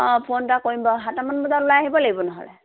অঁ ফোন এটা কৰিম বাৰু সাতটা মান বজাত ওলাই আহিবই লাগিব নহ'লে